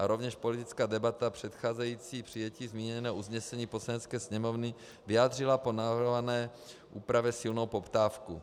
Rovněž politická debata předcházející přijetí zmíněného usnesení Poslanecké sněmovny vyjádřila po navrhované úpravě silnou poptávku.